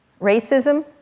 racism